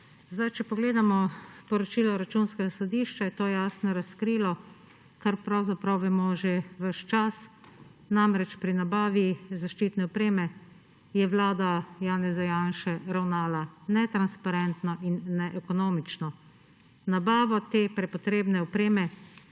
Če pogledamo poročilo Računskega sodišča, je to jasno razkrilo, kar pravzaprav vemo že ves čas. Namreč, pri nabavi zaščitne opreme je vlada Janeza Janše ravnala netransparentno in neekonomično. Nabavo te prepotrebne opreme